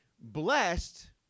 Blessed